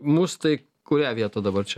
mus tai kurią vietą dabar čia